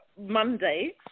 Monday